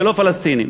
ולא פלסטינים,